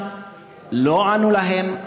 לא ענו להם,